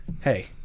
Hey